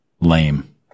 lame